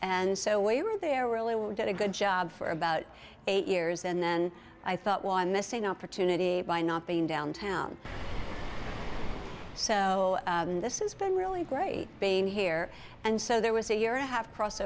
and so we were there really were did a good job for about eight years and then i thought one missing opportunity by not being downtown so this is been really great being here and so there was a year i have cross